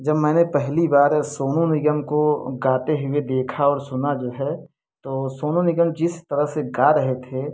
जब मैंने पहली बार सोनू निगम को गाते हुए देखा और सुना जो है तो सोनू निगम जिस तरह से गा रहे थे